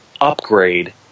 Upgrade